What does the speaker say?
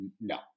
no